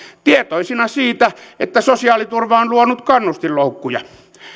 tietoisena siitä että sosiaaliturva on luonut kannustinloukkuja